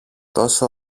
τόσο